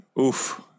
Oof